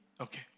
Okay